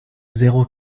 zéro